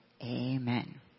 Amen